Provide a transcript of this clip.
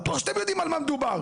בטוח שאתם יודעים על מה מדובר.